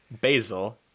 basil